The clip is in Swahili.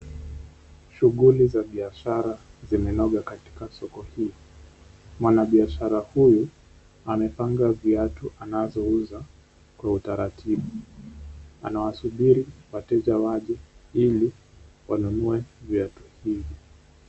Shughuli za biashara zimenoga katika soko hii. Mwanabiashara huyu amepanga viatu anazouza kwa utaratibu. Anawasubiri wateja waje ili wanunue viatu hivi.